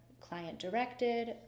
client-directed